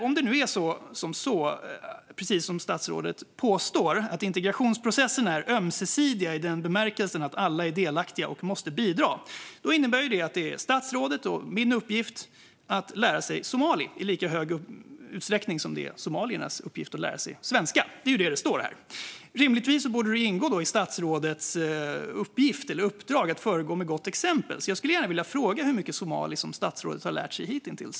Om det nu är så, som statsrådet påstår, att integrationsprocesserna är ömsesidiga i den bemärkelsen att alla är delaktiga och måste bidra - ja, då innebär det att det är statsrådets och min uppgift att lära oss somali i lika stor utsträckning som det är somaliernas uppgift att lära sig svenska. Det är ju vad det står i propositionen. Rimligtvis borde det därför ingå i statsrådets uppgift eller uppdrag att föregå med gott exempel, så jag skulle gärna vilja fråga hur mycket somali statsrådet har lärt sig hittills.